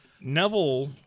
Neville